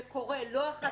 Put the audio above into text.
וקורה לא אחת,